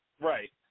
Right